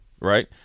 right